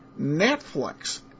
Netflix